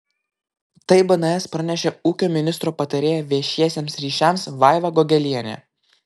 tai bns pranešė ūkio ministro patarėja viešiesiems ryšiams vaiva gogelienė